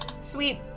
sweet